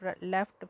left